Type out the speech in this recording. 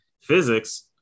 physics